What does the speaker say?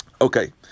Okay